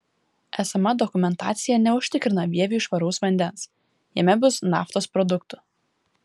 esama dokumentacija neužtikrina vieviui švaraus vandens jame bus naftos produktų